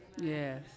Yes